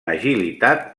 agilitat